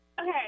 Okay